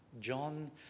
John